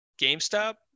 GameStop